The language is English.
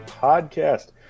Podcast